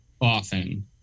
often